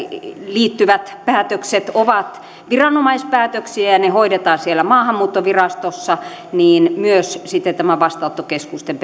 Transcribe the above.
liittyvät päätökset ovat viranomaispäätöksiä ja ne hoidetaan siellä maahanmuuttovirastossa jatkossa myös sitten tämä vastaanottokeskusten